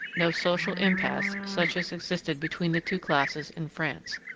no social impasse such as existed between the two classes in france.